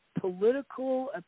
political